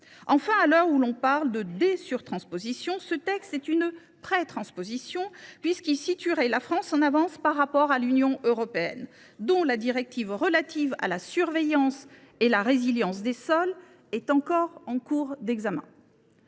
Enfin, à l’heure où l’on parle de « dé surtransposition », ce texte est une prétransposition, puisqu’il placerait la France en avance par rapport à l’Union européenne, dont la directive relative à la surveillance et la résilience des sols est encore en cours d’examen.